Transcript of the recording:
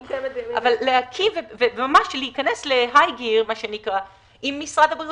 ועדה כזו מוקמת --- אבל להעלות הילוך עם משרד הבריאות